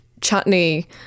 chutney